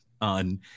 on